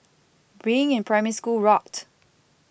being in Primary School rocked